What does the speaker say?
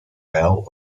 vale